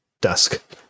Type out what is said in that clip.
dusk